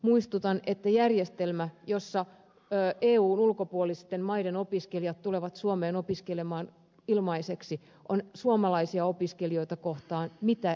muistutan että järjestelmä jossa eun ulkopuolisten maiden opiskelijat tulevat suomeen opiskelemaan ilmaiseksi on suomalaisia opiskelijoita kohtaan mitä eriarvoistavimpaa